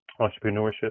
entrepreneurship